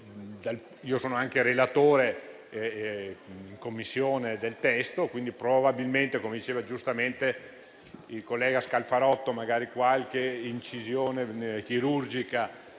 Io sono anche relatore in Commissione del testo e probabilmente - come diceva giustamente il collega Scalfarotto - sarà necessaria qualche incisione chirurgica